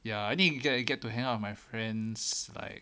ya I didn't get get to hang out with my friends like